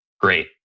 great